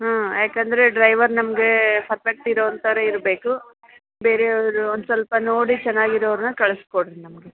ಹಾಂ ಯಾಕಂದರೆ ಡ್ರೈವರ್ ನಮಗೆ ಫರ್ಫೆಕ್ಟ್ ಇರೋವಂಥರೆ ಇರಬೇಕು ಬೇರೆಯವರು ಒಂದು ಸ್ವಲ್ಪ ನೋಡಿ ಚೆನ್ನಾಗಿರೊರ್ನ ಕಳಿಸ್ಕೊಡ್ರಿ ನಮಗೆ